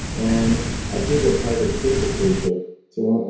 and i created a private facebook page for it,